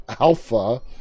Alpha